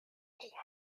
roi